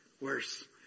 worse